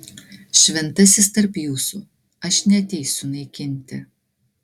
šventasis tarp jūsų aš neateisiu naikinti